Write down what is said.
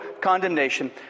condemnation